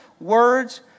words